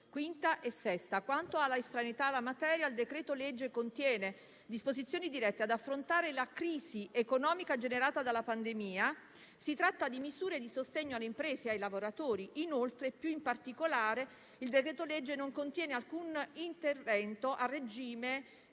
Quanto all'estraneità alla materia, il decreto-legge contiene disposizioni dirette ad affrontare la crisi economica generata dalla pandemia. Si tratta di misure di sostegno alle imprese e ai lavoratori; inoltre, più in particolare, non contiene alcun intervento a regime